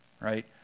right